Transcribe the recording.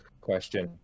question